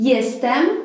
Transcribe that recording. Jestem